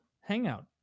hangout